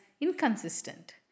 inconsistent